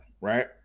right